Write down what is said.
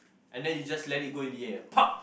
and then you just let it go in the air pop